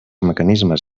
mecanismes